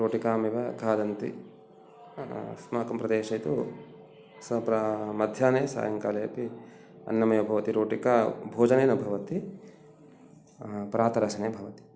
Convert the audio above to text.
रोटिकामेव खादन्ति अस्माकं प्रदेशे तु मध्याह्ने सायङ्काले अपि अन्नमेव भवति रोटिका भोजने न भवति प्रातरश्ने भवति